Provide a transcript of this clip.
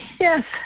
Yes